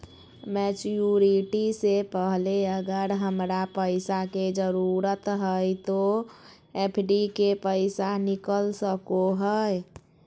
Maturity से पहले अगर हमरा पैसा के जरूरत है तो एफडी के पैसा निकल सको है?